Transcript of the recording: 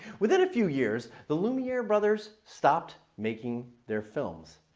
within a few years, the lumiere brothers stopped making their films.